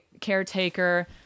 caretaker